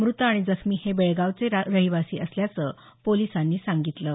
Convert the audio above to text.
मृत आणि जखमी हे बेळगावीचे रहिवासी असल्याचं पोलिसांनी म्हटलं आहे